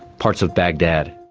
parts of baghdad.